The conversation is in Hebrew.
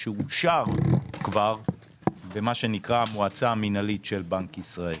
שכבר אושר במה שנקרא "המועצה המינהלית של בנק ישראל".